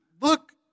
Look